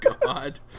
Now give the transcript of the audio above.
god